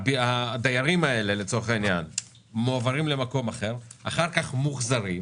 הדיירים האלה מועברים למקום אחר ואחר כך חוזרים.